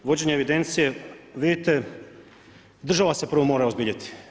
Vođenje evidencije, vidite, država se prvo mora uozbiljiti.